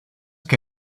que